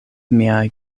miaj